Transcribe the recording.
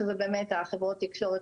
שזה באמת חברות התקשורת,